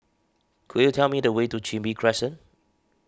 could you tell me the way to Chin Bee Crescent